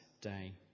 day